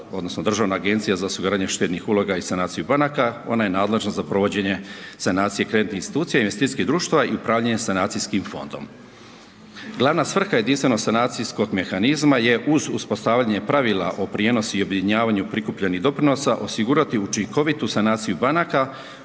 odnosno Državna agencija za osiguranje štednih uloga i sanaciju banaka, ona je nadležna za provođenje sanacije kreditnih institucija i investicijskih društava i upravljanje sa Sanacijskim fondom. Glavna svrha Jedinstvenog sanacijskog mehanizma je uz uspostavljanje pravila o prijenosu i objedinjavanju prikupljenih doprinosa osigurati učinkovitu sanaciju banaka